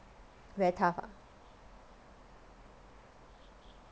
very tough ah